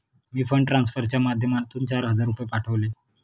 मी fund ट्रान्सफरच्या माध्यमातून चार हजार रुपये पाठवले